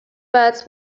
birds